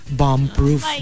bomb-proof